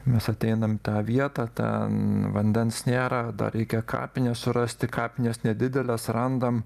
mes ateinam į tą vietą ten vandens nėra dar reikia kapines surasti kapinės nedidelės randam